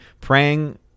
praying